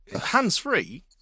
hands-free